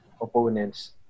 opponents